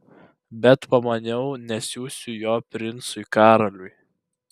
bet pamaniau nesiųsiu jo princui karoliui